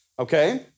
Okay